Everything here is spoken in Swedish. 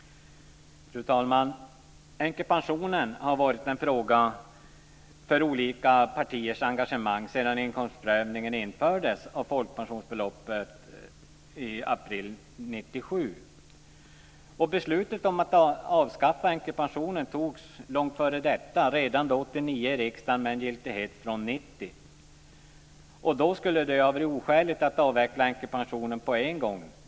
Fru talman! Änkepensionen har varit en fråga för olika partiers engagemang sedan inkomstprövningen av folkpensionsbeloppet infördes i april 1997. Beslutet om att man skulle avskaffa änkepensionen fattades i riksdagen långt före detta, redan 1989 med en giltighet från 1990. Det skulle ha varit oskäligt att avveckla änkepensionen på en gång.